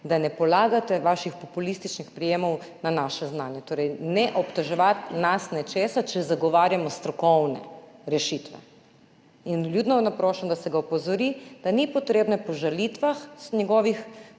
da ne polagate svojih populističnih prijemov na naše znanje. Torej, ne nas obtoževati nečesa, če zagovarjamo strokovne rešitve. In vljudno naprošam, da se ga opozori, da ni potrebe po žalitvah kolegic,